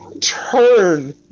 turn